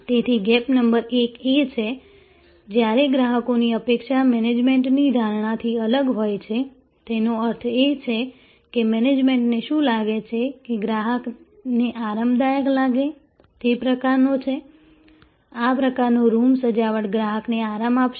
તેથી gap number 1 એ છે જ્યારે ગ્રાહકોની અપેક્ષા મેનેજમેન્ટની ધારણાથી અલગ હોય છે તેનો અર્થ એ છે કે મેનેજમેન્ટને શું લાગે છે કે ગ્રાહકને આરામદાયક લાગે તે પ્રકારનો છે આ પ્રકારનો રૂમ સજાવટ ગ્રાહકને આરામ આપશે